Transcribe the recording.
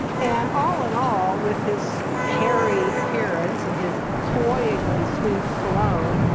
and all in all, with his hairy appearance and his cloyingly sweet cologne,